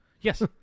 Yes